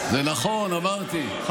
זה נכון, אמרתי, האמת היא קשה וכואבת.